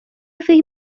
فکر